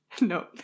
No